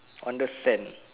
on the sand